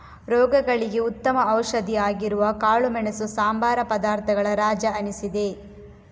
ರೋಗಗಳಿಗೆ ಉತ್ತಮ ಔಷಧಿ ಆಗಿರುವ ಕಾಳುಮೆಣಸು ಸಂಬಾರ ಪದಾರ್ಥಗಳ ರಾಜ ಅನಿಸಿದೆ